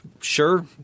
sure